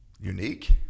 unique